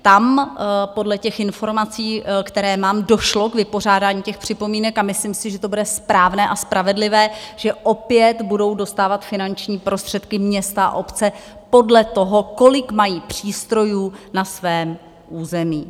Tam podle informací, které mám, došlo k vypořádání připomínek, a myslím si, že to bude správné a spravedlivé, že opět budou dostávat finanční prostředky města a obce podle toho, kolik mají přístrojů na svém území.